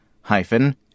hyphen